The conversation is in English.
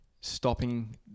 stopping